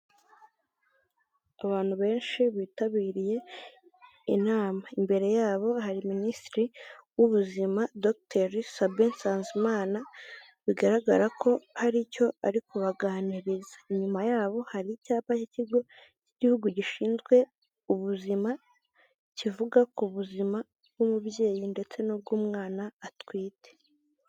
Abantu benshi bitabiriye inama, imbere yabo hari minisitiri w'ubuzima Dr Sabin Nsanzimana bigaragara ko hari icyo ari kubaganiriza inyuma yabo hari icyapa cy'ikigo cy'igihugu gishinzwe ubuzima kivuga ku buzima bw'umubyeyi ndetse n'ubw'umwana atwite.